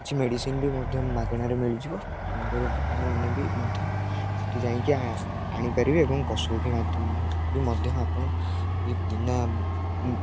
କିଛି ମେଡ଼ିସିନ୍ ବି ମଧ୍ୟ ମାଗେଣାରେ ମିଳିଯିବ ତେଣୁକରି ଆପଣମାନେ ବି ମଧ୍ୟ ସେଠି ଯାଇଁକି ଆଣିପାରିବେ ଏବଂ ପଶୁପକ୍ଷୀ ବି ମଧ୍ୟ ଆପଣ ବି ବିନା